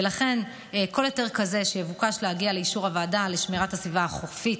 ולכן כל היתר כזה שיבוקש להגיע לאישור הוועדה לשמירת הסביבה החופית,